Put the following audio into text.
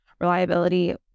reliability